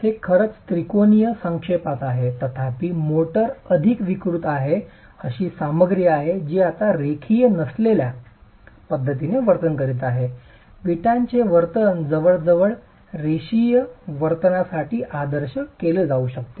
हे खरंच त्रिकोणीय संक्षेपात आहे तथापि मोर्टार अधिक विकृत आहे अशी सामग्री आहे जी आता रेखीय नसलेल्या पद्धतीने वर्तन करीत आहे विटांचे वर्तन जवळजवळ रेषीय वर्तनासाठी आदर्श केले जाऊ शकते